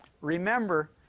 Remember